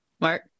Mark